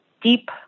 Deep